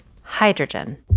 hydrogen